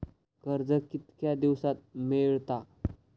कर्ज कितक्या दिवसात मेळता?